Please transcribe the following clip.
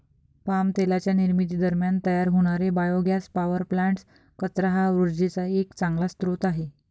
palm तेलाच्या निर्मिती दरम्यान तयार होणारे बायोगॅस पॉवर प्लांट्स, कचरा हा उर्जेचा एक चांगला स्रोत आहे